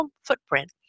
footprint